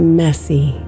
messy